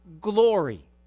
glory